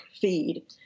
feed